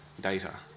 data